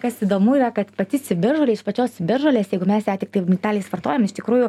kas įdomu yra kad pati ciberžolė iš pačios ciberžolės jeigu mes ją tiktai milteliais vartojam iš tikrųjų